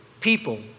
people